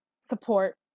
support